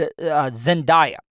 Zendaya